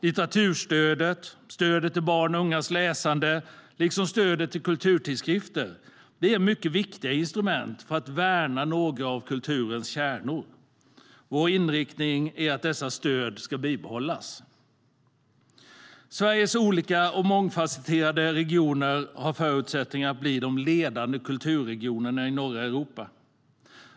Litteraturstödet, stödet till barns och ungas läsande liksom stödet till kulturtidskrifter är mycket viktiga instrument för att värna några av kulturens kärnor. Vår inriktning är att detta stöd ska bibehållas. Sveriges olika och mångfasetterade regioner har förutsättningar att bli de ledande kulturregionerna i norra Europa.